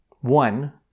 one